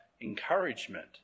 encouragement